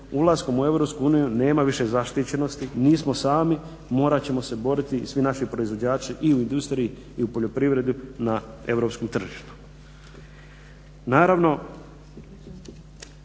ulaskom u EU nema više zaštićenosti, nismo sami, morat ćemo se boriti i svi naši proizvođači i u industriji i u poljoprivredi na europskom tržištu.